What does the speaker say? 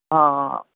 ਹਾਂ